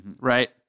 right